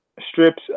strips